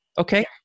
Okay